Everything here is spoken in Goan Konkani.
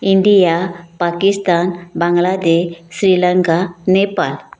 इंडिया पाकिस्तान बांग्लादेश श्रीलंका नेपाल